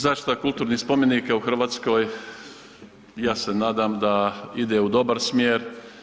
Zaštita kulturnih spomenika u Hrvatskoj, ja se nadam da ide u dobar smjer.